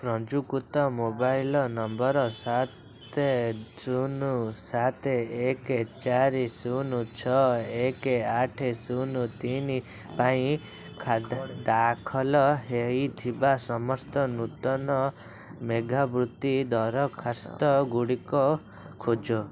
ପଞ୍ଜୀକୃତ mobile number ସାତ ଶୂନ ସାତ ଏକ ଚାରି ଶୂନ ଛଅ ଏକ ଆଠ ଶୂନ ତିନି ପାଇଁ ଖା ଦାଖଲ ହେଇଥିବା ସମସ୍ତ ନୂତନ ମେଧାବୃତ୍ତି ଦରଖାସ୍ତ ଗୁଡ଼ିକ ଖୋଜ